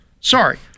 Sorry